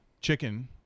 chicken